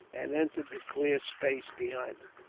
and entered the clear space behind it.